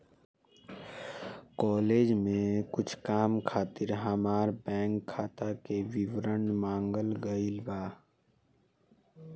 college में कुछ काम खातिर हामार बैंक खाता के विवरण मांगल गइल बा